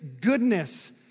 goodness